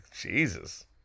Jesus